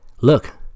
Look